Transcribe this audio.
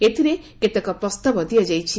ଏଥିରେ କେତେକ ପ୍ରସ୍ତାବ ଦିଆଯାଇଛି